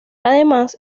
además